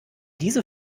diese